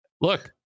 look